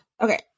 Okay